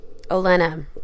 olena